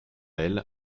elle